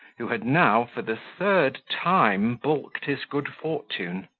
who had now, for the third time, balked his good fortune